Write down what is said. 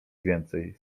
więcej